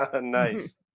Nice